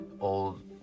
old